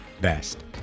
best